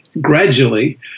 gradually